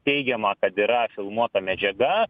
teigiama kad yra filmuota medžiaga